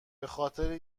خاطر